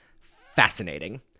fascinating